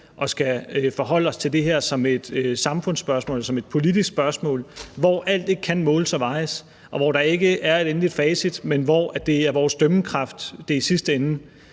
og skal forholde os til det her som et samfundsspørgsmål, som et politisk spørgsmål, hvor alt ikke kan måles og vejes, og hvor der ikke er et endeligt facit, men hvor det er vores dømmekraft, det i sidste ende